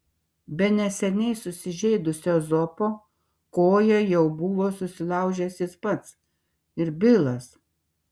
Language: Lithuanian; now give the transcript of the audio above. be neseniai susižeidusio ezopo koją jau buvo susilaužęs jis pats ir bilas